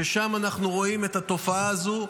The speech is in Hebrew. ששם אנחנו רואים את התופעה הזאת,